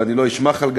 ואני לא איש מח"ל גדול,